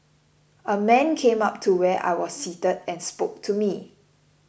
a man came up to where I was seated and spoke to me